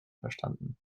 verstanden